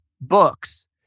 books